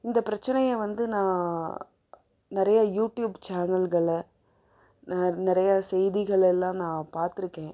இந்த பிரச்சனையை வந்து நான் நிறையா யூடியூப் சேனல்களை நெ நிறையா செய்திகள் எல்லாம் நான் பார்த்துருக்கேன்